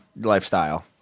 lifestyle